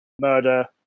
murder